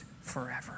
forever